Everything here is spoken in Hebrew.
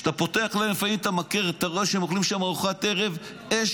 כשאתה פותח להם לפעמים את המקרר אתה רואה שהם אוכלים שם ארוחת ערב אשל,